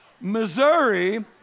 Missouri